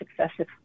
successive